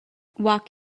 walk